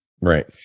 Right